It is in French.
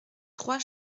trois